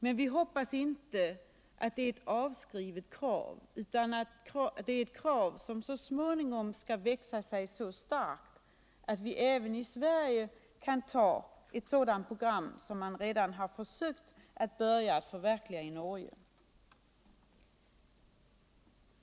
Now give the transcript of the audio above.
Men vi hoppas att det inte är ett avskrivet krav utan ett krav som så småningom skall växa sig så starkt att vi även i Sverige kan ta ett sådant program som man redan har försökt att börja förverkliga i Norge.